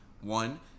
one